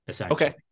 Okay